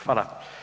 Hvala.